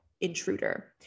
intruder